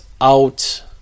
out